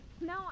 No